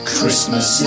Christmas